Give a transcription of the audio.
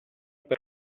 per